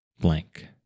blank